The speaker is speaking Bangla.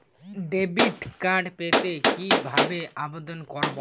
ডেবিট কার্ড পেতে কিভাবে আবেদন করব?